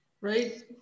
right